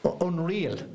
Unreal